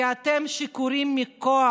כי אתם שיכורים מכוח,